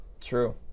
True